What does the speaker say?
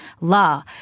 law